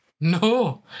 No